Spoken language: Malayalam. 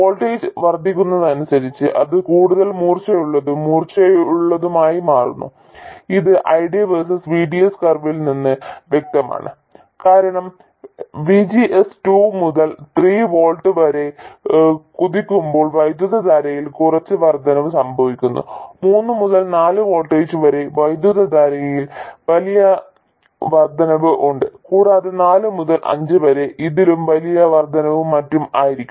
വോൾട്ടേജ് വർദ്ധിക്കുന്നതിനനുസരിച്ച് അത് കൂടുതൽ മൂർച്ചയുള്ളതും മൂർച്ചയുള്ളതുമായി മാറുന്നു ഇത് ID വേഴ്സസ് VDS കർവിൽ നിന്ന് വ്യക്തമാണ് കാരണം VGS 2 മുതൽ 3 വോൾട്ട് വരെ കുതിക്കുമ്പോൾ വൈദ്യുതധാരയിൽ കുറച്ച് വർദ്ധനവ് സംഭവിക്കുന്നു 3 മുതൽ 4 വോൾട്ട് വരെ വൈദ്യുതധാരയിൽ വളരെ വലിയ വർദ്ധനവ് ഉണ്ട് കൂടാതെ 4 മുതൽ 5 വരെ ഇതിലും വലിയ വർദ്ധനവും മറ്റും ആയിരിക്കും